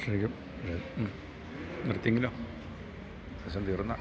കർഷകരും നിർത്തിയെങ്കിലോ രസം തീർന്നാൽ